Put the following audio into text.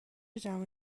جمع